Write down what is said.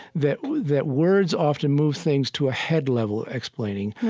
that that words often move things to a head level, explaining,